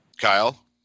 Kyle